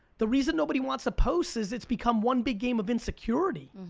the reason nobody wants to post is it's become one big game of insecurity.